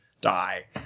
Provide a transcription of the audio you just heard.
die